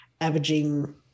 averaging